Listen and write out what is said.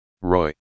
Roy